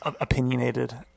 opinionated